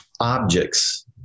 objects